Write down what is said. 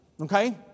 Okay